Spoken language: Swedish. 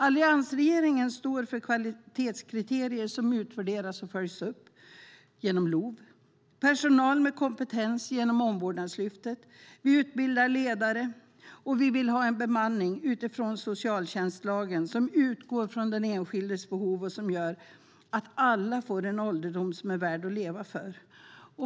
Alliansregeringen står för kvalitetskriterier som utvärderas och följs upp genom LOV, personal med kompetens genom Omvårdnadslyftet, utbildade ledare och en bemanning utifrån socialtjänstlagen som utgår från den enskildes behov och som gör att alla får en ålderdom värd att leva för.